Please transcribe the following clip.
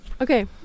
Okay